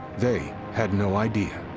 they had no idea.